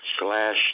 slash